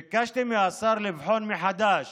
ביקשתי מהשר לבחון מחדש